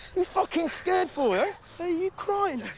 you fucking scared for? are you crying?